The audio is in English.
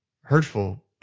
hurtful